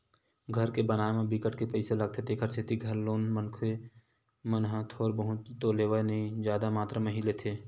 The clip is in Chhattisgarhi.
घर के बनाए म बिकट के पइसा लागथे तेखर सेती घर लोन घलो मनखे मन ह थोर बहुत तो लेवय नइ जादा मातरा म ही लेथे